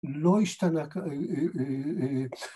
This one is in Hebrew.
‫לא השתנה...